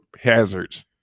hazards